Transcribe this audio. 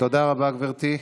תודה רבה, גברתי.